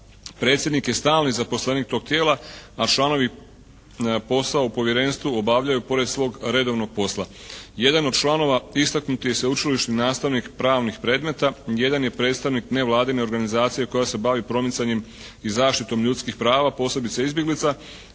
Predsjednik je stalni zaposlenik tog tijela, a članovi posao u povjerenstvu obavljaju pored svog redovnog posla. Jedan od članova istaknuti sveučilišni nastavnik pravnih predmeta, jedan je predstavnik nevladine organizacije koja se bavi promicanjem i zaštitom ljudskih prava, posebice izbjeglica,